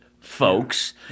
folks